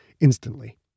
instantly